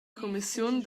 cumissiun